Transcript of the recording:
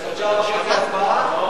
עוד שעה וחצי הצבעה?